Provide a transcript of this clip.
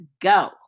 go